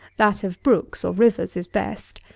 that of brooks, or rivers, is best.